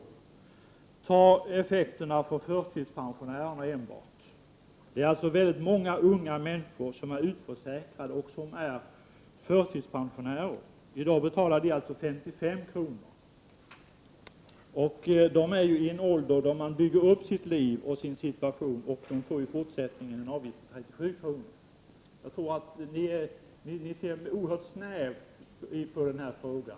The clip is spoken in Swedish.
Vi kan ta effekterna för förtidspensionärerna som exempel. Det är många unga människor som är utförsäkrade och som är förtidspensionärer. I dag betalar dessa personer en avgift på 55 kr. De är i den åldern då man bygger upp sin situation, sitt liv. I fortsättningen får de betala en avgift på 37 kr. Jag anser alltså att ni ser mycket snävt på den här frågan.